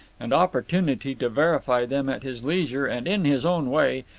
and opportunity to verify them at his leisure and in his own way,